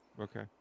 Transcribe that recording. Okay